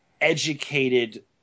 educated